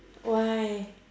why